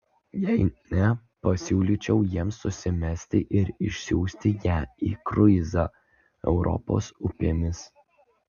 jei ne pasiūlyčiau jiems susimesti ir išsiųsti ją į kruizą europos upėmis